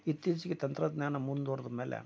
ಇತ್ತೀಚೆಗೆ ತಂತ್ರಜ್ಞಾನ ಮುಂದುವರೆದ ಮೇಲೆ